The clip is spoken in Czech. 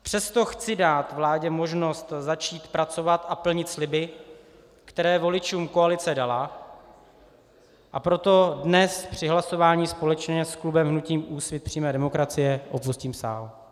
Přesto chci dát vládě možnost začít pracovat a plnit sliby, které voličům koalice dala, a proto dnes při hlasování společně s klubem hnutí Úsvit přímé demokracie opustím sál.